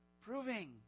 proving